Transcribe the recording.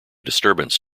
disturbance